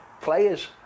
players